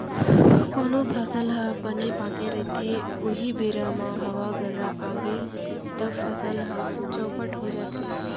कोनो फसल ह बने पाके रहिथे उहीं बेरा म हवा गर्रा आगे तव फसल ह चउपट हो जाथे